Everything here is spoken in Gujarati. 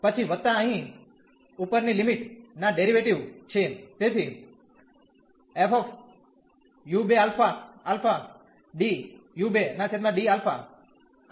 પછી વત્તા અહીં ઉપરની લિમિટ ના ડેરીવેટીવ છે તેથી